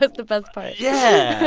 but the best part yeah.